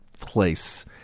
place